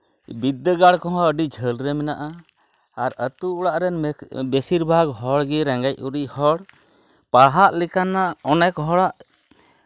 ᱵᱤᱫᱽᱫᱟᱹᱜᱟᱲ ᱠᱚᱦᱚᱸ ᱟᱹᱰᱤ ᱡᱷᱟᱹᱞᱨᱮ ᱢᱮᱱᱟᱜᱼᱟ ᱟᱨ ᱟᱹᱛᱩ ᱚᱲᱟᱜ ᱨᱮᱱ ᱵᱮᱥᱤᱨ ᱵᱷᱟᱜᱽ ᱦᱚᱲ ᱜᱮ ᱨᱮᱸᱜᱮᱡ ᱚᱨᱮᱡ ᱦᱚᱲ ᱯᱟᱲᱦᱟᱜ ᱞᱮᱠᱟᱱᱟᱜ ᱚᱱᱮᱠ ᱦᱚᱲᱟᱜ